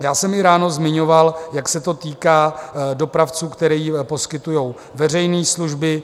Já jsem i ráno zmiňoval, jak se to týká dopravců, kteří poskytují veřejné služby.